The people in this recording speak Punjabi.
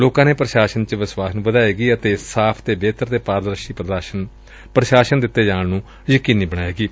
ਲੋਕਾਂ ਦੇ ਪ੍ਰਸ਼ਾਸਨ ਵਿੱਚ ਵਿਸ਼ਵਾਸ ਨੂੰ ਵਧਾਏਗੀ ਅਤੇ ਸਾਫ ਬੇਹਤਰ ਅਤੇ ਪਾਰਦਰਸ਼ੀ ਪ੍ਰਸ਼ਾਸਨ ਦਿੱਤੇ ਜਾਣ ਨੂੰ ਯਕੀਨੀ ਬਣਾਏਗੀ